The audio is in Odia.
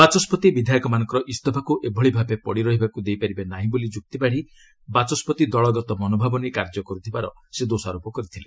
ବାଚସ୍କତି ବିଧାୟକମାନଙ୍କର ଇସଫାକୁ ଏଭଳି ଭାବେ ପଡ଼ି ରହିବାକୁ ଦେଇପାରିବେ ନାହିଁ ବୋଲି ଯୁକ୍ତି ବାଢ଼ି ବାଚସ୍କତି ଦଳଗତ ମନଭାବ ନେଇ କାର୍ଯ୍ୟ କର୍ତ୍ଥିବାର ସେ ଦୋଷାରୋପ କରିଥିଲେ